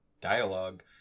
dialogue